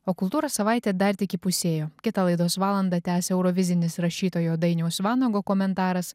o kultūros savaitė dar tik įpusėjo kitą laidos valandą tęsia eurovizinis rašytojo dainiaus vanago komentaras